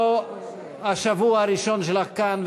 זה לא השבוע הראשון שלך כאן,